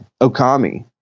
Okami